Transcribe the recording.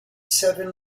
seven